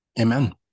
Amen